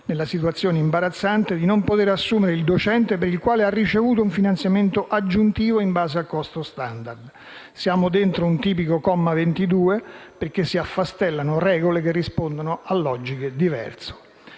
nella situazione imbarazzante di non poter assumere il docente per il quale ha ricevuto un finanziamento aggiuntivo in base al costo *standard*. Siamo dentro un tipico comma in cui si affastellano regole che rispondono a logiche diverse.